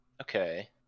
Okay